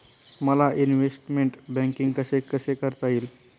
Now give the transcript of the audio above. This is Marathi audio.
मला इन्वेस्टमेंट बैंकिंग कसे कसे करता येईल?